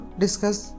discuss